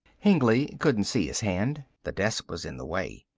hengly couldn't see his hand, the desk was in the way.